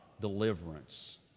deliverance